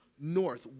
north